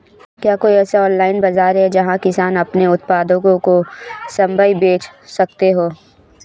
क्या कोई ऐसा ऑनलाइन बाज़ार है जहाँ किसान अपने उत्पादकों को स्वयं बेच सकते हों?